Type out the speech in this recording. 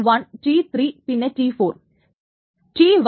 T1 T3 പിന്നെ T4